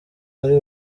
ari